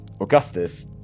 Augustus